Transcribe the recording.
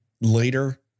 Later